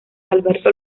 alberto